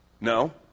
No